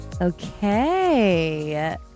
Okay